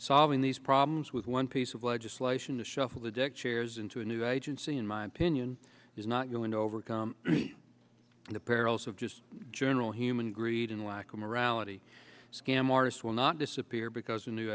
solving these problems with one piece of legislation to shuffle the deck chairs into a new agency in my opinion is not going to overcome the perils of just general human greed and lack of morality scam artists will not disappear because a new